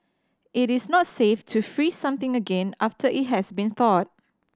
it is not safe to freeze something again after it has been thawed